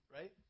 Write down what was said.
right